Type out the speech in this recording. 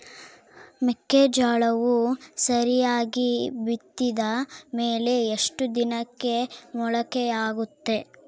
ಮೆಕ್ಕೆಜೋಳವು ಸರಿಯಾಗಿ ಬಿತ್ತಿದ ಮೇಲೆ ಎಷ್ಟು ದಿನಕ್ಕೆ ಮೊಳಕೆಯಾಗುತ್ತೆ?